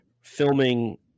filming